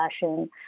fashion